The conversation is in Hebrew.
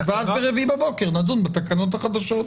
ואז ברביעי בבוקר נדון בתקנות החדשות.